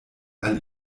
all